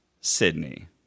sydney